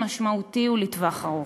משמעותי וארוך טווח.